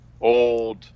old